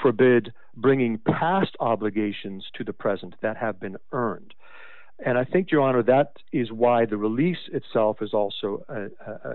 forbid bringing past obligations to the present that have been earned and i think your honor that is why the release itself is also